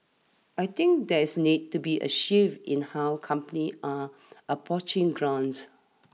I think there is needs to be a shift in how companies are approaching grants